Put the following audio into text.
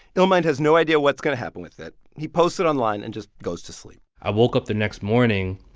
illmind has no idea what's going to happen with it. he posts it online and just goes to sleep i woke up the next morning,